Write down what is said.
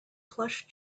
plush